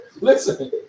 Listen